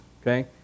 okay